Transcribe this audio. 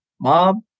Mom